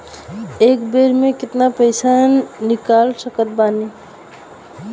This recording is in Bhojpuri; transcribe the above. एक बेर मे केतना पैसा निकाल सकत बानी?